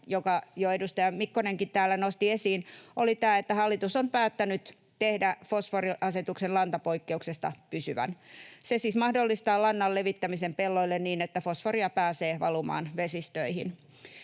jonka jo edustaja Mikkonenkin täällä nosti esiin, oli tämä, että hallitus on päättänyt tehdä fosforiasetuksen lantapoikkeuksesta pysyvän. Se siis mahdollistaa lannan levittämisen pelloille niin, että fosforia pääsee valumaan vesistöihin.